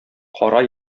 кара